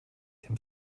dem